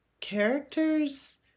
characters